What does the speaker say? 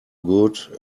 good